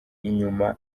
inyuma